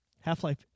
Half-Life